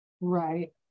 Right